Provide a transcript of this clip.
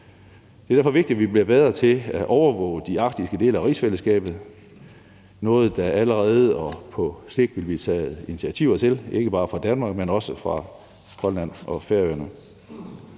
Det er derfor vigtigt, at vi bliver bedre til at overvåge de arktiske dele af rigsfællesskabet, noget, der allerede er blevet taget og også på sigt vil blive taget initiativer til, ikke bare fra Danmarks side, men også fra Grønland og Færøernes